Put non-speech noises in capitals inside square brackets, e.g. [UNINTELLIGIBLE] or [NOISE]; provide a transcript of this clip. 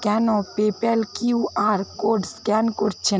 কেন PayPal QR code scan করছে [UNINTELLIGIBLE]